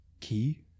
key